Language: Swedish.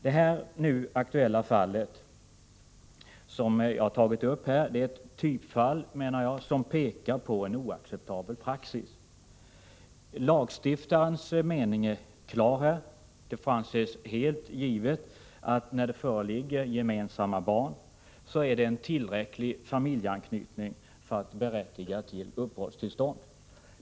Det nu aktuella fall som jag tagit upp menar jag är ett typfall som pekar på en oacceptabel praxis. Lagstiftarens mening är klar. Det får anses helt givet att förekomsten av gemensamma barn är en tillräcklig familjeanknytning för att berättiga till uppehållstillstånd.